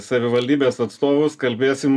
savivaldybės atstovus kalbėsim